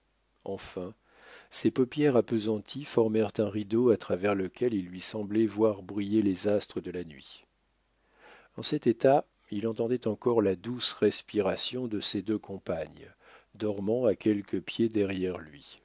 enfin ses paupières appesanties formèrent un rideau à travers lequel il lui semblait voir briller les astres de la nuit en cet état il entendait encore la douce respiration de ses deux compagnes dormant à quelques pieds derrière lui